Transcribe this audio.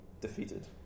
defeated